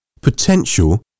Potential